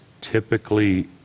typically